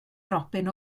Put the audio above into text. robin